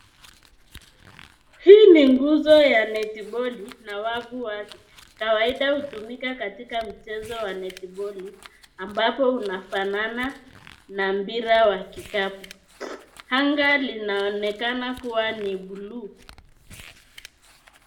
Hii ni nguzo ya netiboli na wavu wake, kawaida hutumika katika mchezo wa netiboli, ambapo unafanana na mpira wa kikapu. Anga linaonekana kuwa ni buluu.